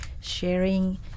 sharing